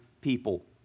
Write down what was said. people